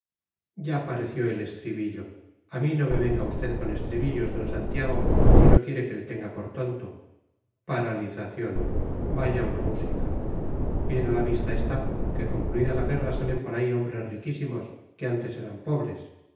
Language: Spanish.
ya pareció el estribillo a mí no me venga usted con estribillos d santiago si no quiere que le tenga por tonto paralización vaya una música bien a la vista está que concluida la guerra salen por ahí hombres riquísimos que antes eran pobres